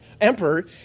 Emperor